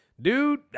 Dude